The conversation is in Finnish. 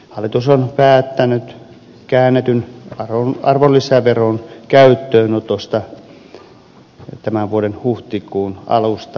hallitus on päättänyt käännetyn arvonlisäveron käyttöönotosta tämän vuoden huhtikuun alusta alkaen